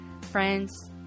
Friends